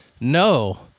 No